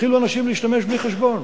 יתחילו אנשים להשתמש בלי חשבון.